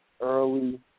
early –